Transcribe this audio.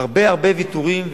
הרבה הרבה ויתורים,